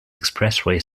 expressway